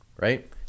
right